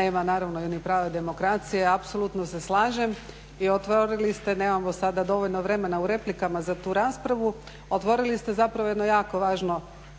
nema naravno ni prave demokracije. Apsolutno se slažem i otvorili ste, nemamo sada dovoljno vremena u replikama, za tu raspravu, otvorili ste zapravo jedno jako važno,